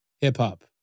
hip-hop